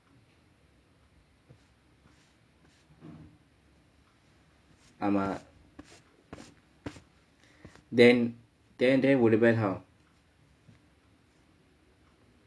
ஆமா:aamaa then then how